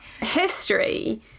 history